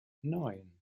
nine